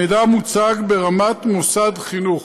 המידע מוצג ברמת מוסד חינוך.